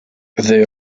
they